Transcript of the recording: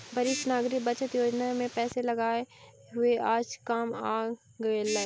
वरिष्ठ नागरिक बचत योजना में पैसे लगाए हुए आज काम आ गेलइ